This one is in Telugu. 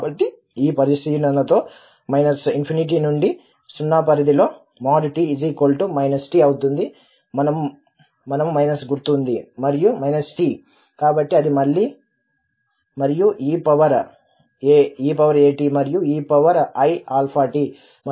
కాబట్టి ఈ పరిశీలనతో ∞ నుండి 0 పరిధి లో | t | t అవుతుంది మనము మైనస్ గుర్తు ఉంది మరియు tకాబట్టి అది మళ్లీ మరియు e పవర్ eat మరియు eiαt మరియు మనకు dt ఉంది